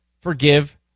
forgive